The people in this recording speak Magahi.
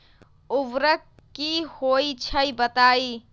उर्वरक की होई छई बताई?